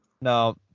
No